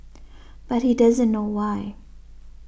but he doesn't know why